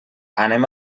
anem